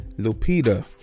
Lupita